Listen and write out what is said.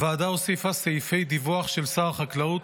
הוועדה הוסיפה סעיפי דיווח של שר החקלאות